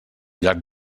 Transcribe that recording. llarg